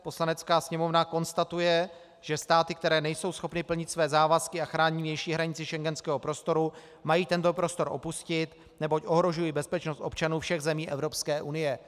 Poslanecká sněmovna konstatuje, že státy, které nejsou schopny plnit své závazky a chránit vnější hranici schengenského prostoru, mají tento prostor opustit, neboť ohrožují bezpečnost občanů všech zemí Evropské unie.